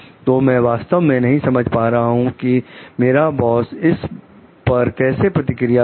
तो मैं वास्तव में नहीं समझ पा रहा हूं कि मेरा बॉस इस पर कैसे प्रतिक्रिया देगा